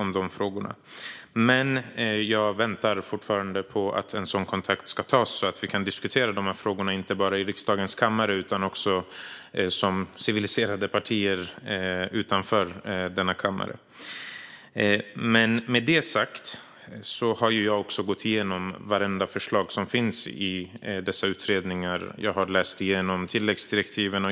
Men jag väntar fortfarande på att en sådan kontakt ska tas, så att vi kan diskutera de här frågorna - inte bara i riksdagens kammare utan också som civiliserade partier utanför denna kammare. Jag har gått igenom vartenda förslag i dessa utredningar och läst igenom tilläggsdirektiven.